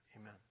Amen